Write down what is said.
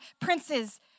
princes